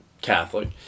Catholic